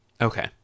Okay